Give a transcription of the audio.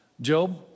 Job